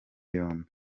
yombi